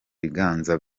biganza